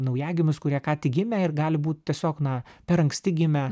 naujagimius kurie ką tik gimę ir gali būt tiesiog na per anksti gimę